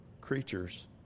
creatures